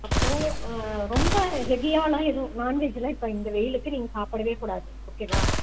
அப்புறோம் ரொம்ப ஹெவியாலாம் எதுவும் நான்வெஜ்லாம் இப்போ இந்த வெயிலுக்கு நீங்கள் சாப்பிடவே கூடாது ஓகேவா